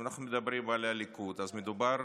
אם אנחנו מדברים על הליכוד, מדובר